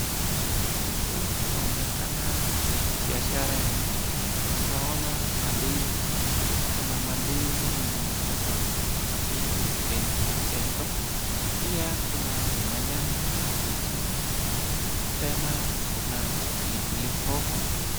Huku kunaonekana ni biashara ya mtu, tunaona mandizi, kuna mandizi yenye imeiva na mandizi yenye haijaiva. Pia kuna manyanya hapo chini, tena kuna pilipili hoho.